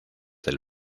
del